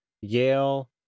Yale